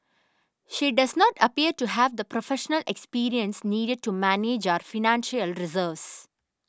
she does not appear to have the professional experience needed to manage our financial reserves